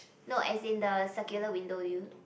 no as in the circular window do you